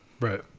Right